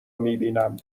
میبینم